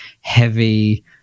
heavy